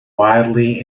wildly